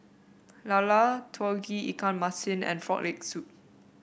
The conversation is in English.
lala Tauge Ikan Masin and Frog Leg Soup